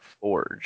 forge